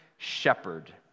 shepherd